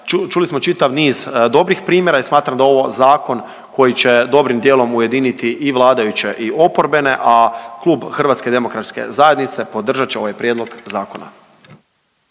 čuli smo čitav niz dobrih primjera i smatram da je ovo zakon koji će dobrim dijelom ujediniti i vladajuće i oporbene, a Klub HDZ-a podržat će ovaj prijedlog zakona.